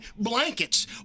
blankets